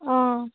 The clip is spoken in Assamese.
অঁ